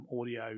audio